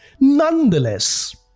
Nonetheless